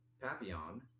Papillon